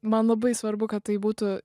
man labai svarbu kad tai būtų